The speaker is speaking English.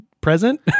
present